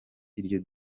iryo